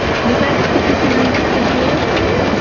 was that sufficiently circuitous for you